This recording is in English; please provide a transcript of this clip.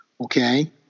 okay